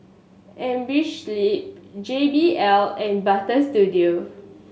Amerisleep J B L and Butter Studio